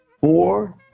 four